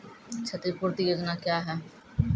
क्षतिपूरती योजना क्या हैं?